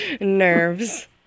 nerves